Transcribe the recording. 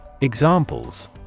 Examples